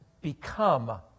become